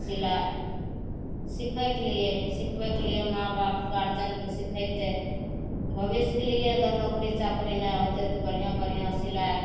सिलाइ सिखैके लिए सिखबैके लिए माँ बाप गार्जिअनके सिखेतै भविष्यके लिए अगर नोकरी चाकरी नहि होतै तऽ बढ़िआँ बढ़िआँ सिलाइ